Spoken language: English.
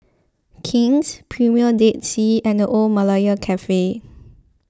King's Premier Dead Sea and the Old Malaya Cafe